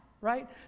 right